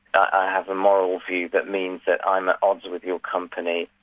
i have a moral view that means that i'm at odds with your company.